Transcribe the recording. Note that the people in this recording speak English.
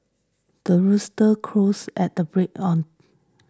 the rooster crows at the break on